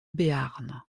béarn